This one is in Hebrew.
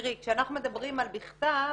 כשאנחנו מדברים על בכתב